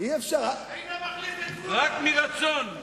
רק מתוך רצון.